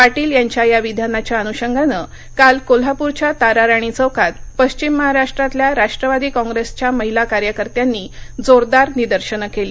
पाटील यांच्या या विधानाच्या अनुषंगानं काल कोल्हापुरच्या ताराराणी चौकात पश्चिम महाराष्ट्रातल्या राष्ट्रवादी कॉप्रेसच्या महिला कार्यकर्त्यांनी जोरदार निदर्शनं केली